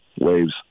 waves